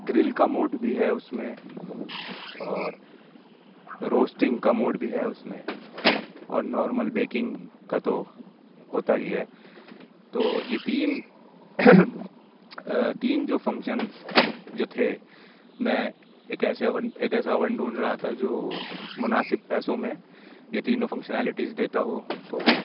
girl کا mode بھی ہے اُس میں اور روسٹنگ کا موڈ بھی ہے اُس میں اور نارمل بیکنگ کا تو ہوتا ہی ہے تو یہ تین تین جو فنکشنس جو تھے میں ایک ایسے اوون ایک ایسا اوون ڈھونڈ رہا تھا جو مناسب پیسوں میں یہ تینوں فنکشنالٹیز دیتا ہو تو